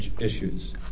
issues